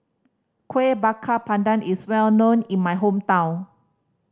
Kuih Bakar Pandan is well known in my hometown